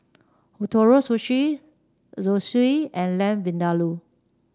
Ootoro Sushi Zosui and Lamb Vindaloo